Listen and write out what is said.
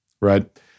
right